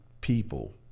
people